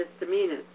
misdemeanors